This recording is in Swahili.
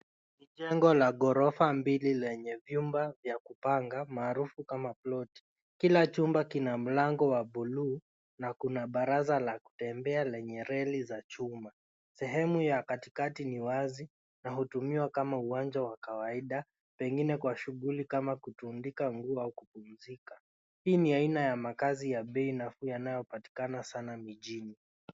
Jengo la ghorofa mbili lenye vyumba vya kupanga maarufu kama ploti. Kila chumba kina mlango wa buluu na kuna baraza la kutembea lenye reli za chuma. Sehemu ya katikati ni wazi na hutumiwa kama uwanja wa kawaida, pengine kwa shughuli kama kutundika nguo au kupumzika. Hii ni aina ya makazi ya bei nafuu yanayopatikana sana mijini.